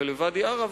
ולוואדי-עארה,